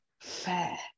Fair